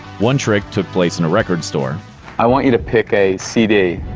one trick took place in a record store i want you to pick a cd.